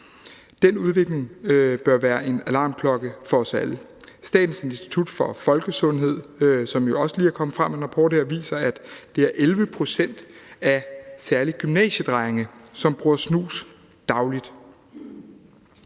Den udvikling bør være en alarmklokke for os alle. Statens Institut for Folkesundhed er jo også lige kommet frem med en rapport her, som viser, at det er 11 pct. af særlig gymnasiedrenge, som bruger snus dagligt.